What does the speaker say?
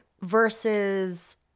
versus